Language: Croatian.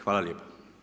Hvala lijepo.